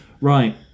Right